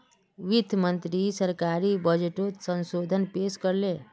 वित्त मंत्री सरकारी बजटोक संसदोत पेश कर ले